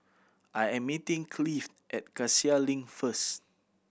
I am meeting Cleave at Cassia Link first